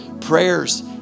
prayers